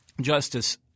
Justice